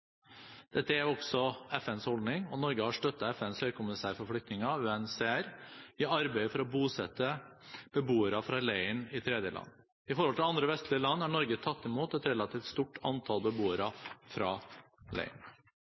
Dette er også FNs holdning, og Norge har støttet FNs høykommissær for flyktninger, UNHCR, i arbeidet for å bosette beboere fra leiren i tredjeland. I forhold til andre vestlige land har Norge tatt imot et relativt stort antall beboere fra